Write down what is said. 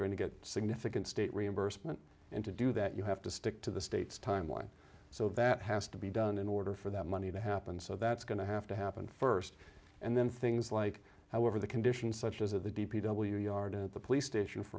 going to get significant state reimbursement and to do that you have to stick to the states timeline so that has to be done in order for that money to happen so that's going to have to happen first and then things like however the conditions such as at the d p w yard and the police station for